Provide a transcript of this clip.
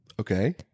Okay